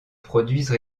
produisent